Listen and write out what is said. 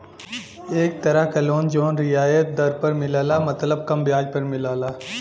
एक तरह क लोन जौन रियायत दर पर मिलला मतलब कम ब्याज पर मिलला